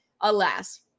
Alas